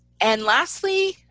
and, lastly,